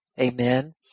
Amen